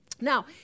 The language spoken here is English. Now